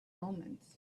omens